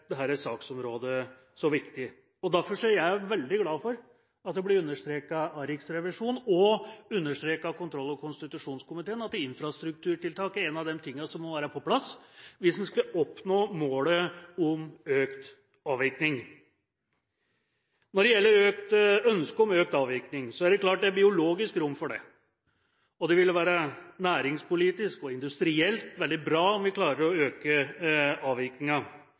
jeg veldig glad for at det blir understreket av Riksrevisjonen og av kontroll- og konstitusjonskomiteen at infrastrukturtiltak er en av de tingene som må være på plass, hvis man skal nå målet om økt avvirkning. Når det gjelder ønsket om økt avvirkning, er det klart at det er biologisk rom for det. Det vil være næringspolitisk og industrielt veldig bra om vi klarer å øke